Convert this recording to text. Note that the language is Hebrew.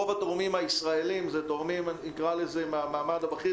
רוב התורמים הישראלים הם תורמים מהמעמד הבכיר